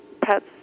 pets